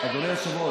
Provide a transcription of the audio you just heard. אדוני היושב-ראש,